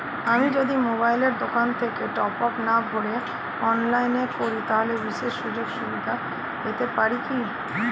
আমি যদি মোবাইলের দোকান থেকে টপআপ না ভরে অনলাইনে করি তাহলে বিশেষ সুযোগসুবিধা পেতে পারি কি?